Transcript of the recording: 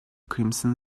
crimson